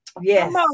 yes